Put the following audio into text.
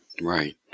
Right